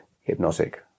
hypnotic